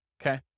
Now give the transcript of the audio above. okay